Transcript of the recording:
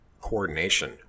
coordination